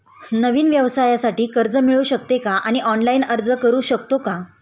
नवीन व्यवसायासाठी कर्ज मिळू शकते का आणि ऑनलाइन अर्ज करू शकतो का?